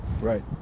Right